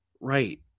right